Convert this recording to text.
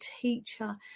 teacher